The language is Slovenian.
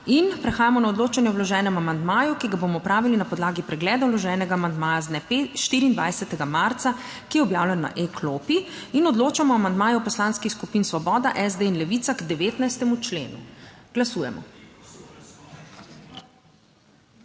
In prehajamo na odločanje o vloženem amandmaju, ki ga bomo opravili na podlagi pregleda vloženega amandmaja z dne 24. marca, ki je objavljen na e-klopi. In odločamo o amandmaju Poslanskih skupin Svoboda, SD in Levica k 19. členu. Glasujemo.